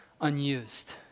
unused